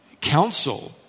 counsel